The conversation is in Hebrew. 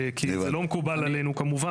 כי זה כמובן לא מקובל עלינו.